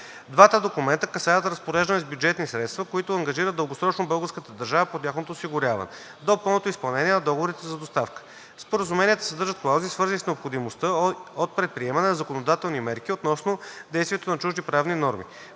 Двата документа касаят разпореждане с бюджетни средства, които ангажират дългосрочно българската държава по тяхното осигуряване до пълното изпълнение на договорите за доставка. Споразуменията съдържат клаузи, свързани с необходимостта от предприемане на законодателни мерки относно действието на чужди правни норми.